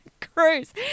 Cruise